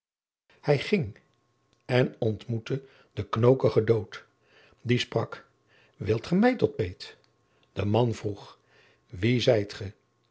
hij ging en ontmoette den knokigen dood die sprak wilt ge mij tot peet de man vroeg wie zijt ge